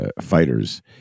fighters